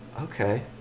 okay